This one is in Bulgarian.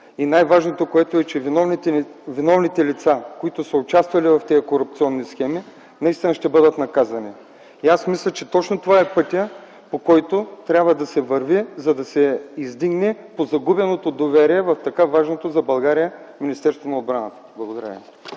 е най-важното – виновните лица, които са участвали в тези корупционни схеми, наистина ще бъдат наказани. И аз мисля, че точно това е пътят, по който трябва да се върви, за да се издигне позагубеното доверие в така важното за България Министерството на отбраната. Благодаря